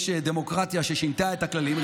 יש דמוקרטיה ששינתה את הכללים.